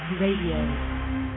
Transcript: Radio